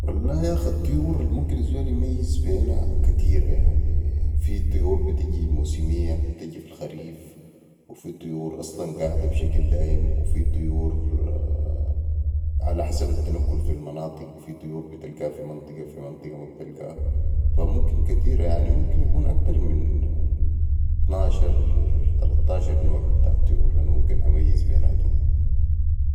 والله ياخ الطيور الممكن الزول يميز بينا كتيره يعني في طيور بتجي موسميه بتجي في الخريف وفي طيور اصلا قاعده بشكل دايم وفي طيور علي حسب التنقل في المناطق في طيور بتلقها في منطقه وفي منطقه ما بتلقها فا ممكن كتيرا يمكن اكتر من اطناشر اوتلطاشر نوع بتاع طيور انا ممكن اميز بيناتم